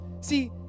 See